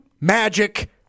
Magic